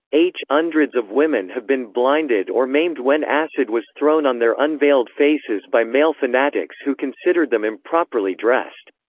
h undreds of women have been blinded or maimed when acid was thrown on their unveiled faces by male fanatics who considered them improperly dressed,